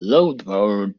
loughborough